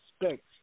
expect